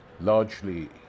largely